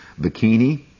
bikini